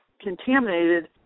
contaminated